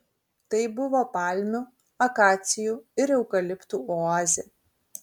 tai buvo palmių akacijų ir eukaliptų oazė